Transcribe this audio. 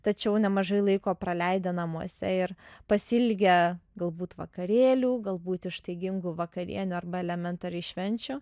tačiau nemažai laiko praleidę namuose ir pasiilgę galbūt vakarėlių galbūt ištaigingų vakarienių arba elementariai švenčių